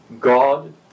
God